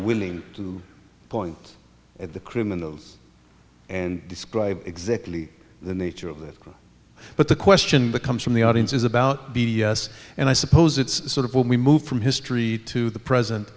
willing to point at the criminals and describe exactly the nature of that but the question becomes from the audience is about b d s and i suppose it's sort of what we move from history to the present